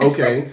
Okay